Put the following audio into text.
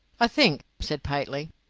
i think, said pateley,